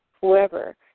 whoever